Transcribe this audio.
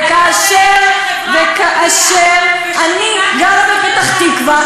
וכאשר אני גרה בפתח-תקווה,